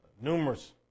numerous